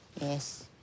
Yes